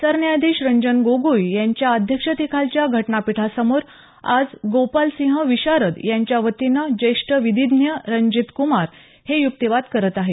सरन्यायाधीश रंजन गोगोई यांच्या अध्यक्षतेखालच्या घटनापीठासमोर आज गोपालसिंह विशारद यांच्यावतीनं ज्येष्ठ विधीज्ञ रणजीत कुमार हे युक्तिवाद करत आहेत